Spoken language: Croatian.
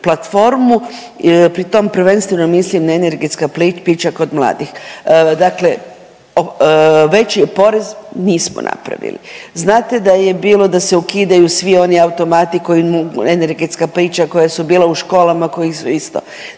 platformu, pri tom prvenstveno mislim na energetska pića kod mladih? Dakle, veći je porez, nismo napravili, znate da je bilo da se ukidaju svi oni automati koji … energetska pića koja su bila u školama koja su isto